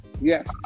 Yes